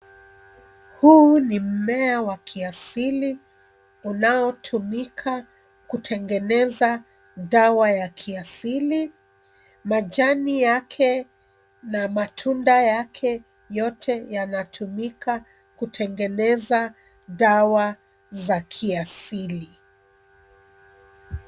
Huu ni mmea wa kiasili unaotumika kutengeneza dawa ya kiasili. Majani yake na matunda yake yote yanatumika kutengeneza dawa za kiasili.